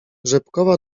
rzepkowa